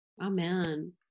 Amen